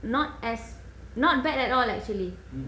not as not bad at all actually